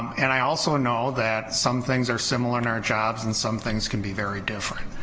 and i also know that some things are similar in our jobs and some things can be very different,